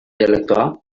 dialektoa